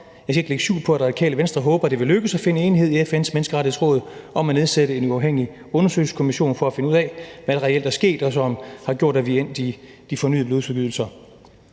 Jeg skal ikke lægge skjul på, at Radikale Venstre håber, at det vil lykkes at finde enighed i FN's Menneskerettighedsråd om at nedsætte en uafhængig undersøgelseskommission for at finde ud af, hvad der reelt er sket, som har gjort, at vi er endt i de fornyede blodsudgydelser.